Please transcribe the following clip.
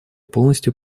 полностью